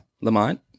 Lamont